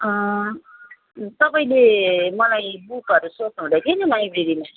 तपाईँले मलाई बुकहरू सोध्नुहुँदैथ्यो नि लाइब्रेरीमा